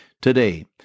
Today